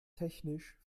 technisch